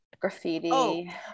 graffiti